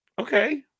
Okay